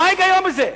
מה ההיגיון בזה?